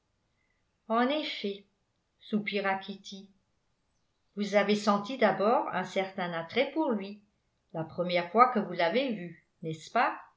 en effet soupira kitty vous avez senti d'abord un certain attrait pour lui la première fois que vous l'avez vu n'est-ce pas